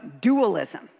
dualism